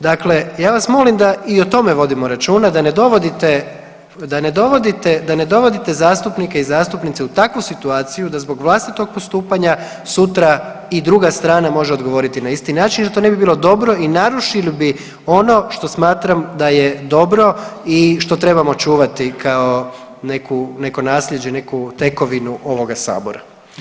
Dakle, ja vas molim da i o tome vodimo računa da ne dovodite, da ne dovodite, da ne dovodite zastupnike i zastupnice u takvu situaciju da zbog vlastitog postupanja sutra i druga strana može odgovoriti na isti način jer to ne bi bilo dobro i narušili ono što smatram da je dobro i što trebamo čuvati kao neku, neko naslijeđe, neku tekovinu ovoga sabora.